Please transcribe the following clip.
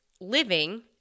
living